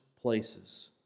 places